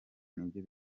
nibyo